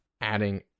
adding